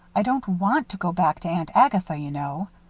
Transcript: i don't want to go back to aunt agatha, you know.